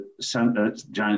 Giant